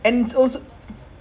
I thought it's like